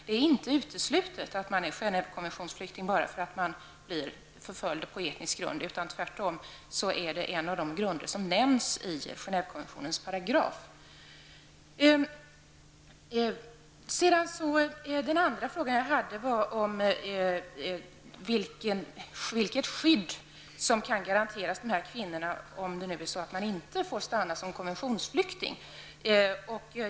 Det är inte uteslutet att man är flykting enligt Genèvekonventionen bara därför att förföljelsen sker på etnisk grund. Det är tvärtom en av de grunder som nämns i Min andra fråga gällde vilket skydd som kan garanteras dessa kvinnor om de inte får stanna som konventionsflyktingar.